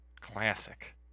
Classic